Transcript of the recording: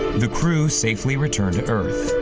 the crew safely returned to earth.